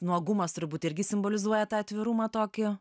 nuogumas turbūt irgi simbolizuoja tą atvirumą tokį